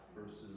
verses